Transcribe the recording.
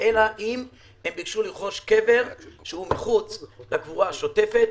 אלא אם הם ביקשו לרכוש קבר שהוא מחוץ לקבורה השוטפת.